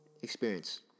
experience